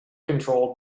control